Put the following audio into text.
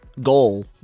goal